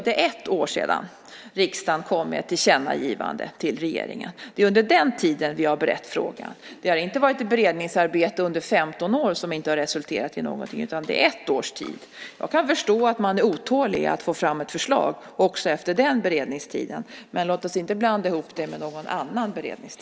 Det är ett år sedan riksdagen kom med ett tillkännagivande till regeringen. Under den tiden har vi berett frågan. Det har inte varit ett beredningsarbete under 15 år som inte har resulterat i något, utan det handlar om ett års tid. Jag kan förstå att man är otålig när det gäller att få fram ett förslag också med den beredningstiden, men låt oss inte blanda ihop det med något annat.